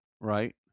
Right